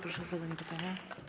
Proszę o zadanie pytania.